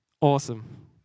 Awesome